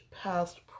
past